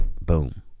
Boom